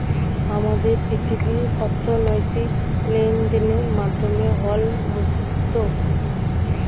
আমাদের পৃথিবীর অর্থনৈতিক লেনদেনের মাধ্যম হল মুদ্রা